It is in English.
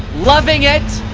loving it,